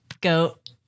Goat